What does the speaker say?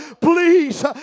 Please